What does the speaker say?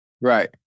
Right